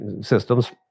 systems